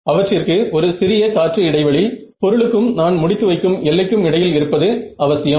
அவற்றிற்கு ஒரு சிறிய காற்று இடைவெளி பொருளுக்கும் நான் முடித்து வைக்கும் எல்லைக்கும் இடையில் இருப்பது அவசியம்